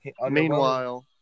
Meanwhile